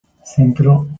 centro